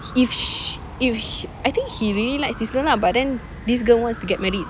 if sh~ if I think he really likes this girl lah but then this girl wants to get married